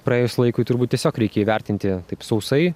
praėjus laikui turbūt tiesiog reikia įvertinti taip sausai